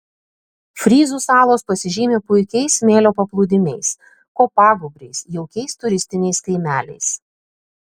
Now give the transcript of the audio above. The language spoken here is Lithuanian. fryzų salos pasižymi puikiais smėlio paplūdimiais kopagūbriais jaukiais turistiniais kaimeliais